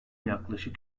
yaklaşık